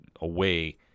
away